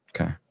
Okay